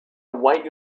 white